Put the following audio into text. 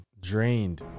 drained